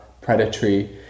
predatory